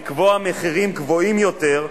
לקבוע מחירים גבוהים יותר,